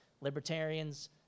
libertarians